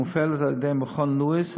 המופעלת על-ידי מכון לואיס,